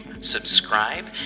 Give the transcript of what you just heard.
subscribe